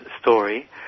story